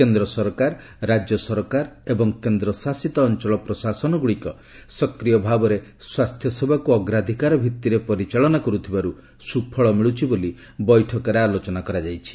କେନ୍ଦ୍ର ସରକାର ରାଜ୍ୟ ସରକାର ଏବଂ କେନ୍ଦ୍ର ଶାସିତ ଅଞ୍ଚଳ ପ୍ରଶାସନ ଗୁଡ଼ିକ ସକ୍ରିୟ ଭାବରେ ସ୍ୱାସ୍ଥ୍ୟ ସେବାକୁ ଅଗ୍ରାଧିକାର ଭିତ୍ତିରେ ପରିଚାଳନା କରୁଥିବାରୁ ସୁଫଳ ମିଳୁଛି ବୋଲି ବୈଠକରେ ଆଲୋଚନା କରାଯାଇଛି